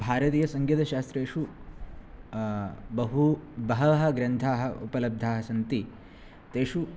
भारतीयसङ्गीतशास्त्रेषु बहु बहवः ग्रन्थाः उपलब्धाः सन्ति तेषु